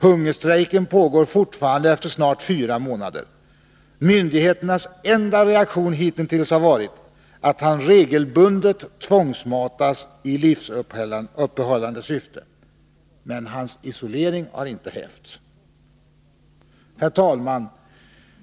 Hungerstrejken pågår fortfarande efter snart fyra månader. Myndigheternas enda reaktion hittills har varit att han regelbundet tvångsmatas i livsuppehållande syfte. Men hans isolering har inte hävts. Herr talman!